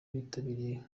bitabiriye